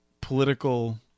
political